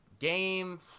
game